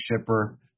Shipper